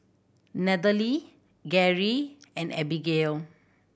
Nathaly Geri and Abigayle